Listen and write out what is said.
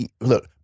look